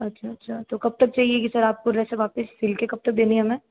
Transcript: अच्छा अच्छा तो कब तक चाहिएगी सर आप को ड्रेसें वापस सिल के कब तक देनी है हमें